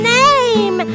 name